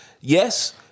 yes